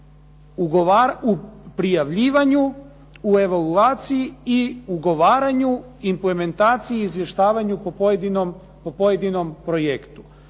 u prijavljivanju, u evaluaciji i ugovaranju, implementaciji i izvještavanju po pojedinom projektu.